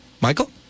michael